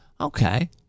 okay